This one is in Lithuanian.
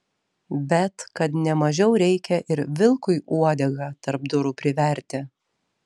bet kad ne mažiau reikia ir vilkui uodegą tarp durų priverti